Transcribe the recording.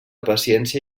paciència